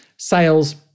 Sales